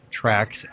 tracks